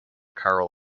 carl